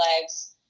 Lives